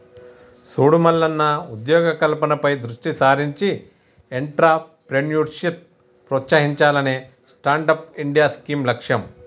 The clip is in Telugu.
సూడు మల్లన్న ఉద్యోగ కల్పనపై దృష్టి సారించి ఎంట్రప్రేన్యూర్షిప్ ప్రోత్సహించాలనే స్టాండప్ ఇండియా స్కీం లక్ష్యం